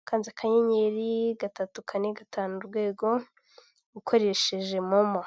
ukanda akanyenyeri gatatu kane gatanu urwego ukoresheje momo.